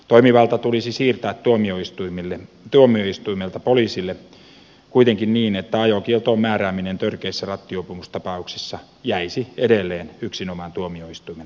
toimivalta tulisi siirtää tuomioistuimelta poliisille kuitenkin niin että ajokieltoon määrääminen törkeissä rattijuopumustapauksissa jäisi edelleen yksinomaan tuomioistuimen toimivaltaan